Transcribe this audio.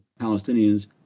Palestinians